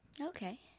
Okay